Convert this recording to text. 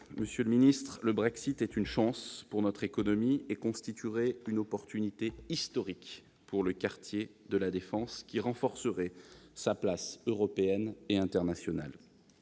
monsieur le ministre, le Brexit est une chance pour notre économie et constituerait une opportunité historique pour le quartier de La Défense, qui renforcerait sa place européenne et internationale.